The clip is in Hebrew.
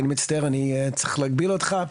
אדוני, מצטער, אני צריך להגביל אותך.